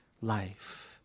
life